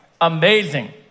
amazing